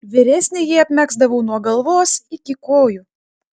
vyresnįjį apmegzdavau nuo galvos iki kojų